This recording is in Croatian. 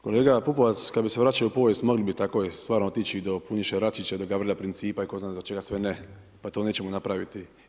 Kolega Pupovac, kada bi se vraćali u povijest mogli bi tako i stvarno otići i do Puniše Račića i do Gavrila Principa i tko zna do čega sve ne, pa to nećemo napravili.